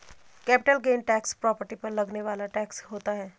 capital gain tax property पर लगने वाला टैक्स होता है